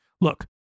Look